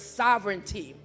sovereignty